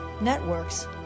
networks